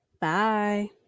Bye